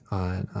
on